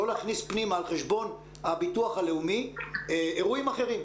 לא להכניס פנימה על חשבון הביטוח הלאומי אירועים אחרים.